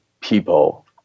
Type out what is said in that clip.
people